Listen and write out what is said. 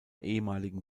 ehemaligen